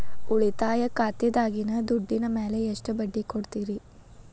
ಉಳಿತಾಯ ಖಾತೆದಾಗಿನ ದುಡ್ಡಿನ ಮ್ಯಾಲೆ ಎಷ್ಟ ಬಡ್ಡಿ ಕೊಡ್ತಿರಿ?